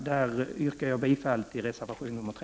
Där yrkar jag bifall till reservation nr 3.